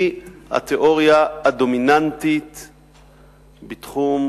היא התיאוריה הדומיננטית בתחום,